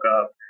up